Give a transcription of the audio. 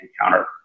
encounter